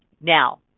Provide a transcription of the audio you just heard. Now